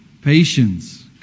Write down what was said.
patience